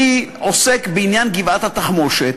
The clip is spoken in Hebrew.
אני עוסק בעניין גבעת-התחמושת,